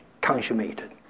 consummated